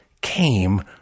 came